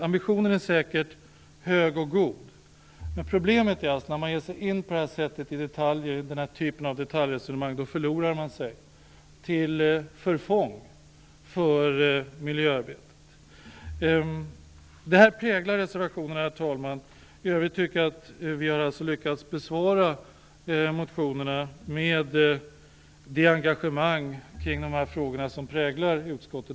Ambitionen är säkert hög. Men problemet när man ger sig in i den här typen av detaljresonemang är att man förlorar sig, till förfång för miljöarbetet. Det här präglar reservationerna. I övrigt tycker jag att vi har lyckats besvara motionerna med det engagemang som präglar utskottet i de här frågorna.